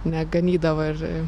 neganydavo ir